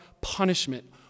punishment